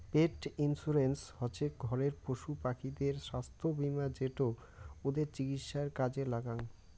পেট insurance হসে ঘরের পশুপাখিদের ছাস্থ্য বীমা যেটো ওদের চিকিৎসায় কাজে লাগ্যাং